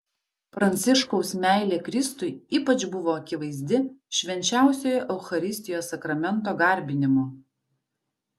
pranciškaus meilė kristui ypač buvo akivaizdi švenčiausiojo eucharistijos sakramento garbinimu